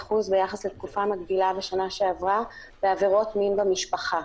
41% ביחס לתקופה מקבילה בשנה שעברה בעבירות מין במשפחה.